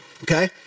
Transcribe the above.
Okay